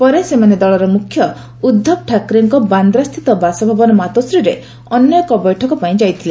ପରେ ସେମାନେ ଦଳର ମ୍ରଖ୍ୟ ଉଦ୍ଧବ ଠାକରେଙ୍କ ବାନ୍ଦ୍ରାସ୍ଥିତ ବାସଭବନ ମାତୋଶ୍ରୀରେ ଅନ୍ୟ ଏକ ବୈଠକ ପାଇଁ ପହଞ୍ଚଥିଲେ